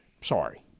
Sorry